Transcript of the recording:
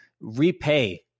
repay